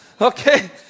Okay